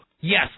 yes